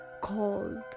called